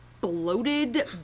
bloated